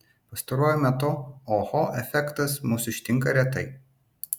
pastaruoju metu oho efektas mus ištinka retai